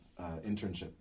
internship